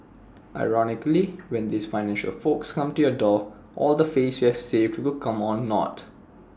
ironically when these financial folks come to your door all the face you've saved will come on naught